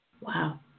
Wow